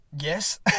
Yes